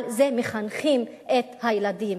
על זה מחנכים את הילדים